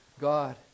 God